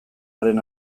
aren